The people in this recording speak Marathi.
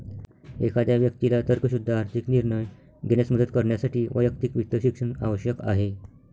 एखाद्या व्यक्तीला तर्कशुद्ध आर्थिक निर्णय घेण्यास मदत करण्यासाठी वैयक्तिक वित्त शिक्षण आवश्यक आहे